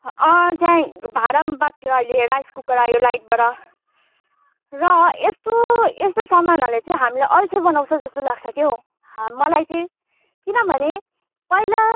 भाँडामा पाक्थ्यो अहिले राइस कुकर आयो लाइटबाट र यस्तो यस्तो सामानहरूले चाहिँ हामीलाई अल्छे बनाउँछ जस्तो लाग्छ क्या मलाई चाहिँ किनभने पहिला